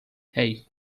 hey